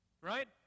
Right